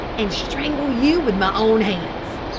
and strangle you with my own hands.